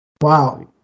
Wow